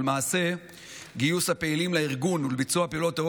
ולמעשה גיוס הפעילים לארגון ולביצוע פעולות טרור